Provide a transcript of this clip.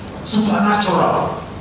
supernatural